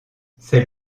c’est